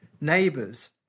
neighbors